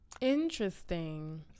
interesting